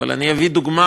אבל אני אביא דוגמה,